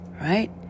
right